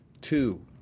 two